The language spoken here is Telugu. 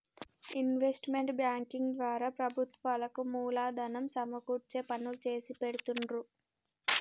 ఇన్వెస్ట్మెంట్ బ్యేంకింగ్ ద్వారా ప్రభుత్వాలకు మూలధనం సమకూర్చే పనులు చేసిపెడుతుండ్రు